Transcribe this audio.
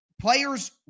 players